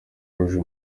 rouge